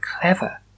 clever